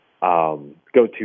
go-to